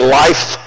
life